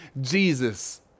Jesus